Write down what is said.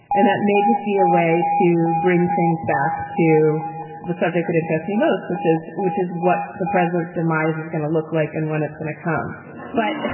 and that may just be a way to bring things back to the subject that interests me most, which is which is what the president's demise is going to look like and when it's going to come but